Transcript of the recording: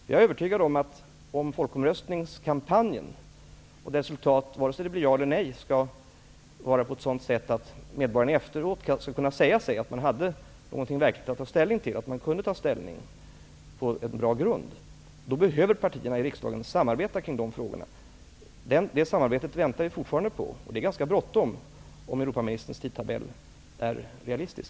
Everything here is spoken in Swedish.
Jag är övertygad om att folkomröstningskampanjen, vare sig dess resultat blir ja eller nej, skall föras på ett sådant sätt att medborgarna efteråt skall kunna säga sig att man hade något verkligt att ta ställnig till, att man kunde ta ställning utifrån en bra grund. Partierna i riksdagen behöver samarbeta kring de frågorna. Det samarbetet väntar vi fortfarande på. Det är ganska bråttom, om Europaministerns tidtabell är realistisk.